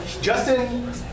Justin